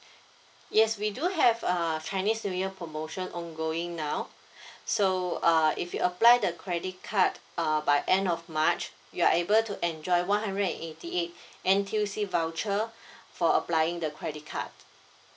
yes we do have uh chinese new year promotion ongoing now so uh if you apply the credit card uh by end of march you are able to enjoy one hundred and eighty eight N_T_U_C voucher for applying the credit card